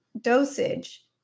dosage